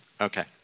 Okay